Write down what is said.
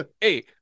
hey